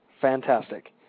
Fantastic